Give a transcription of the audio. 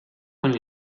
con